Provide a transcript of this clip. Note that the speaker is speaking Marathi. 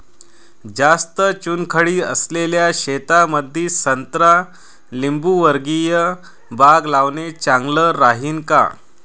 जास्त चुनखडी असलेल्या शेतामंदी संत्रा लिंबूवर्गीय बाग लावणे चांगलं राहिन का?